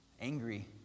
angry